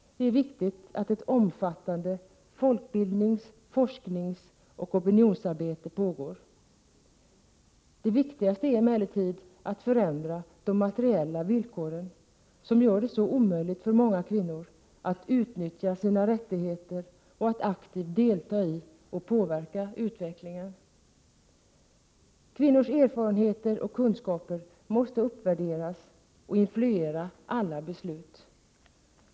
Det är viktigt att ett omfattande folkbildnings-, forskningsoch opinionsarbete pågår. Det viktigaste är emellertid att förändra de materiella villkoren som gör det så omöjligt för kvinnor att utnyttja sina rättigheter och att aktivt delta i och påverka utvecklingen. Kvinnors erfarenheter och kunskaper måste uppvärderas och influera alla beslut.